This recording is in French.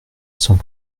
sans